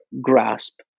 grasp